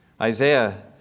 Isaiah